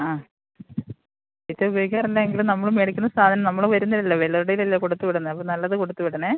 ആ ഇത്തെ ഉപയോഗിക്കാറില്ല എങ്കിലും നമ്മൾ മേടിക്കുന്ന സാധനം നമ്മൾ വരുന്നില്ലല്ലോ വല്ലവരുടെ കയ്യിലും അല്ലേ കൊടുത്തുവിടുന്നത് അപ്പം നല്ലത് കൊടുത്തുവിടണേ